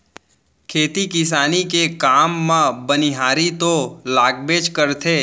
खेती किसानी के काम म बनिहार तो लागबेच करथे